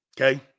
Okay